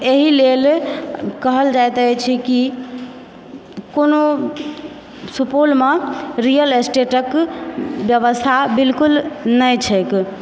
एहिलेल कहल जाइत अछि कि कोनो सुपौलमऽ रियल स्टेटक व्यवस्था बिल्कुल नहि छैक